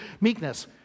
meekness